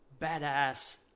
badass